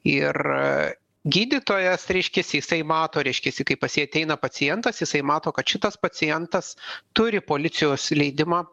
ir gydytojas reiškias jisai mato reiškiasi kai pas jį ateina pacientas jisai mato kad šitas pacientas turi policijos leidimą